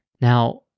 Now